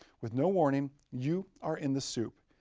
with no warning, you are in the soup.